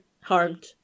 harmed